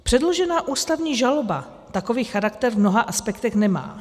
Předložená ústavní žaloba takový charakter v mnoha aspektech nemá.